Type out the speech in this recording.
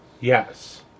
Yes